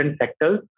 sectors